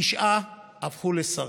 תשעה הפכו לשרים,